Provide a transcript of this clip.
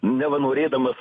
neva norėdamas